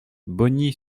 bogny